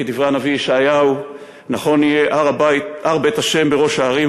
כדברי הנביא ישעיהו: "נכון יהיה הר בית ה' בראש ההרים,